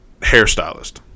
hairstylist